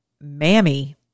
mammy